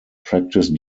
practice